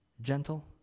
gentle